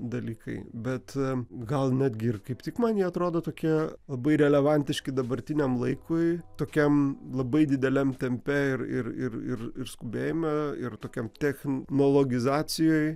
dalykai bet gal netgi ir kaip tik man jie atrodo tokie labai relevantiški dabartiniam laikui tokiam labai dideliam tempe ir ir ir ir ir skubėjime ir tokiam technologizacijoj